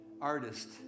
artist